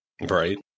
Right